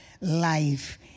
life